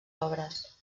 obres